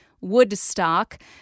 Woodstock